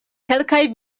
kelkaj